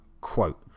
quote